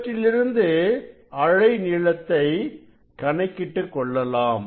இவற்றிலிருந்து அலை நீளத்தை கணக்கிட்டுக் கொள்ளலாம்